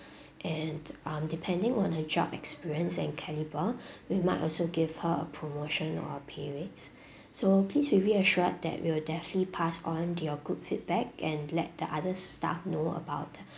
and um depending on her job experience and caliber we might also give her a promotion or so pleased be reassured that we'll definitely pass on your good feedback and let the other staff know about